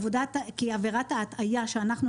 כי עבירת ההטעייה שאנחנו,